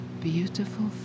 beautiful